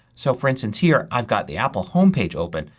so for instance here i've got the apple homepage open.